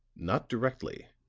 not directly.